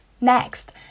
Next